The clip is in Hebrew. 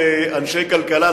אנשי כלכלה,